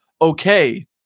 okay